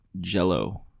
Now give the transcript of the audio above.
jello